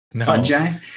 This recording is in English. Fungi